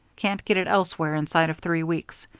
can't get it elsewhere inside of three weeks.